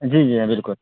جی جی ہاں بالکل